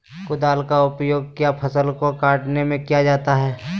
कुदाल का उपयोग किया फसल को कटने में किया जाता हैं?